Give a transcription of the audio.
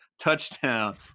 touchdown